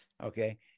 Okay